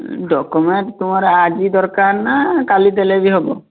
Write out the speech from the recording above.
document ତୁମର ଆଜି ଦରକାର ନା କାଲି ଦେଲେ ବି ହେବ